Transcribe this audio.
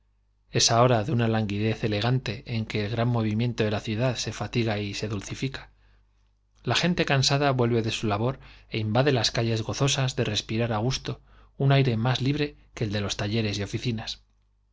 esa hora de movimiento una languidez elegante en que el gran de la ciudad se fatiga y se dulcifica la gente cansada vuelve de su labor é invade las calles gozosa de res á aire más libre que el de los talleres pirar gusto un y oficinas